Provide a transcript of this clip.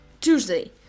Tuesday